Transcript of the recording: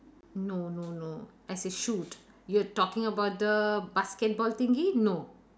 no no no as in shoot you're talking about the basketball thingy no